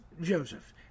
Joseph